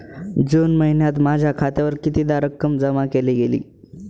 जून महिन्यात माझ्या खात्यावर कितीदा रक्कम जमा केली गेली?